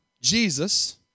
Jesus